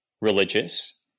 religious